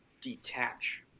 detach